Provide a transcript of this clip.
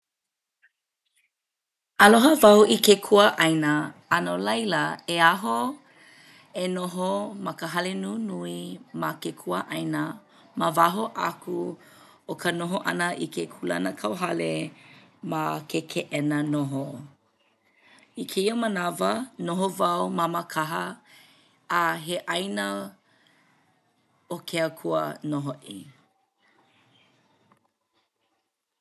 Aloha wau i ke kuaʻāina a no laila e aho e noho ma ka hale nunui ma ke kuaʻāīna ma waho aku o ka noho ʻana i ke kūlanakauhale ma ke keʻena noho. I kēia manawa, noho wau ma Mākaha a he ʻāina o ke Akua nō hoʻi.